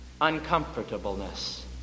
uncomfortableness